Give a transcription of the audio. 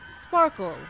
Sparkle